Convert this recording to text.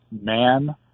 man